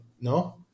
no